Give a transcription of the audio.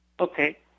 Okay